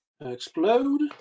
Explode